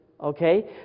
okay